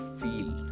feel